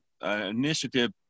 initiative